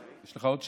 יש לך עוד שאלות,